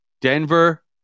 Denver